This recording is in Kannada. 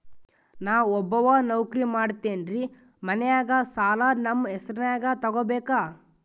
ನಾ ಒಬ್ಬವ ನೌಕ್ರಿ ಮಾಡತೆನ್ರಿ ಮನ್ಯಗ ಸಾಲಾ ನಮ್ ಹೆಸ್ರನ್ಯಾಗ ತೊಗೊಬೇಕ?